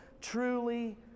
truly